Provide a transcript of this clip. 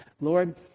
Lord